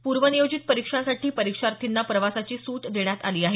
पूर्वनियोजित परीक्षांसाठी परीक्षार्थींना प्रवासाची सूट देण्यात आली आहे